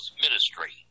ministry